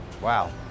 Wow